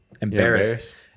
embarrassed